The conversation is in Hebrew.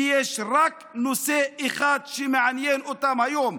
כי יש רק נושא אחד שמעניין אותם היום,